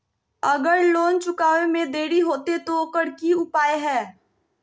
अगर लोन चुकावे में देरी होते तो ओकर की उपाय है?